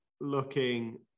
looking